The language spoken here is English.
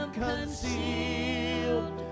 concealed